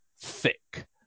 thick